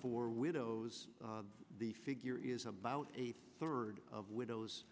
four widows the figure is about a third of widows